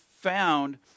found